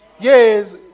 Yes